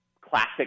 classic